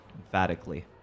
emphatically